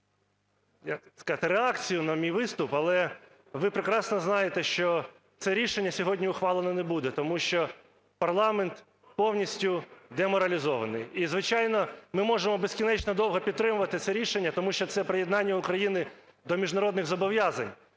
як сказати, реакцію на мій виступ. Але ви прекрасно знаєте, що це рішення сьогодні ухвалено не буде, тому що парламент повністю деморалізований. І, звичайно, ми можемо безкінечно довго підтримувати це рішення, тому що це приєднання України до міжнародних зобов'язань.